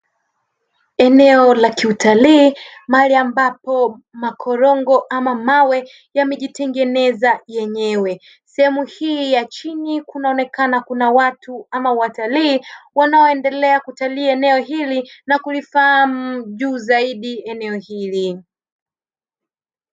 Eneo la kiutalii, mahali ambapo makorongo ama mawe yamejitengeneza yenyewe. Sehemu hii ya chini kunaonekana kuna watu ama watalii wanaendelea kutalii eneo hili na kulifahamu juu zaidi eneo hili.